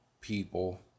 people